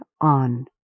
on